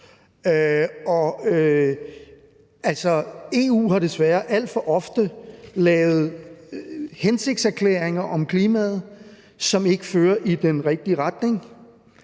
desværre alt for ofte lavet hensigtserklæringer om klimaet, som ikke fører i den rigtige retning.